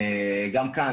גם כאן,